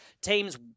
teams